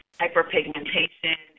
hyperpigmentation